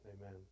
Amen